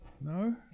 No